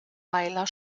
weiler